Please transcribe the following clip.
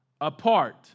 Apart